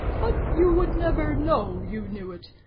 but you would never know you knew it.